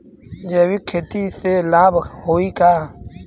जैविक खेती से लाभ होई का?